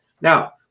Now